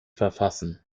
verfassen